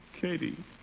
Katie